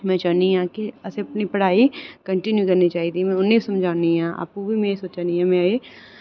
में चाह्न्नी आं कि अस अपनी पढ़ाई कंटीन्यू करनी चाहिदी अं'ऊ उनेंगी समझानी आं उ'ऐ में सोचा नी आं की में